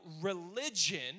religion